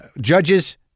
judges